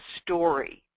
story